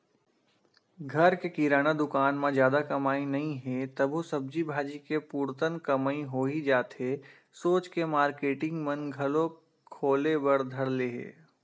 घर के किराना दुकान म जादा कमई नइ हे तभो सब्जी भाजी के पुरतन कमई होही जाथे सोच के मारकेटिंग मन घलोक खोले बर धर ले हे